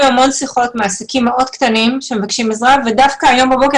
המון שיחות מעסקים מאוד קטנים שמבקשים עזרה ודווקא הבוקר,